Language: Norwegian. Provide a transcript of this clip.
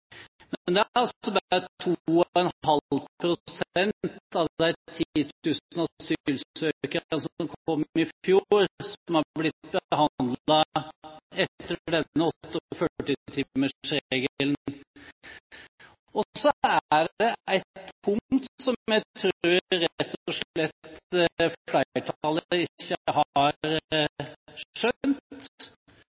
men det er altså bare 2,5 pst. av de 10 000 asylsøkerne som kom i fjor, som har blitt behandlet etter 48-timersregelen. Så er det et punkt som jeg tror flertallet rett og